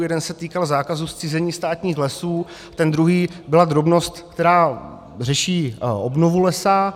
Jeden se týkal zákazu zcizení státních lesů, ten druhý byla drobnost, která řeší obnovu lesa.